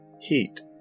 Heat